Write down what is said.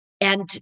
and-